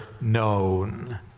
known